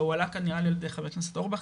והוא עלה כאן נראה לי על ידי חבר הכנסת אורבך,